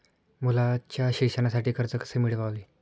मुलाच्या शिक्षणासाठी कर्ज कसे मिळवावे?